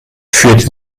führt